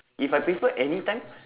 if I prefer anytime